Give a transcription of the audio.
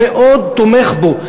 מאוד תומך בו,